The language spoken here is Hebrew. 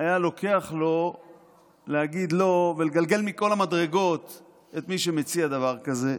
היה לוקח לו להגיד לא ולגלגל מכל המדרגות את מי שמציע דבר כזה?